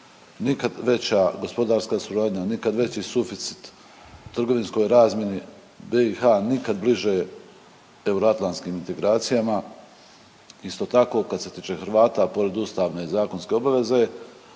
Nikad veća gospodarska suradnja, nikad veći suficit u trgovinskoj razmjeni BiH, nikad bliže euroatlantskim integracijama. Isto tako kad se tiče Hrvata pored ustavne i zakonske obaveze